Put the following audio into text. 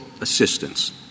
assistance